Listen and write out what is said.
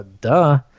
Duh